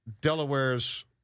Delaware's